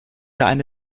eine